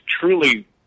truly